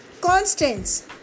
constants